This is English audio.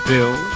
Bill